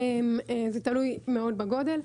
זה תלוי מאוד בגודל.